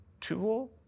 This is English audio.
tool